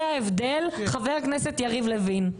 זה ההבדל, חבר הכנסת יריב לוין.